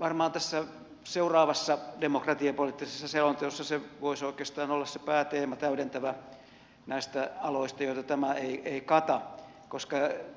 varmaan tässä seuraavassa demokratiapoliittisessa selonteossa se voisi oikeastaan olla se pääteema täydentävä näistä aloista joita tämä ei kata koska